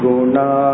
Guna